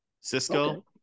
Cisco